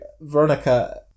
Veronica